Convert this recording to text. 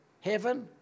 heaven